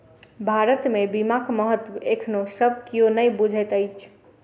भारत मे बीमाक महत्व एखनो सब कियो नै बुझैत अछि